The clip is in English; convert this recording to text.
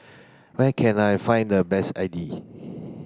where can I find the best Idili